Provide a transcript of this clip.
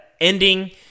ending